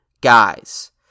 guys